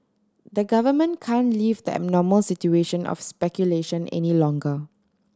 the government can't leave the abnormal situation of speculation any longer